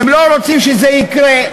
אם הם לא רוצים שזה יקרה,